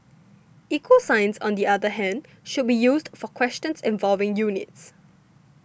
equal signs on the other hand should be used for questions involving units